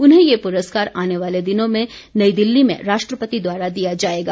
उन्हें ये पुरस्कार आने वाले दिनों में नई दिल्ली में राष्ट्रपति द्वारा दिया जाएगा